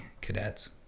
cadets